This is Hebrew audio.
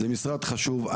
זה משרד חשוב.